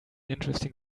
interesting